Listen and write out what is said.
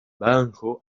banjo